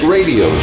Radio